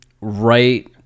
right